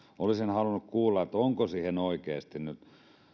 olisin halunnut kuulla onko oikeasti nyt